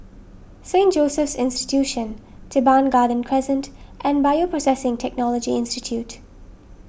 Saint Joseph's Institution Teban Garden Crescent and Bioprocessing Technology Institute